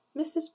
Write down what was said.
Mrs